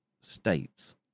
states